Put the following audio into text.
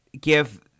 give